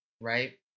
right